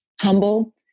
humble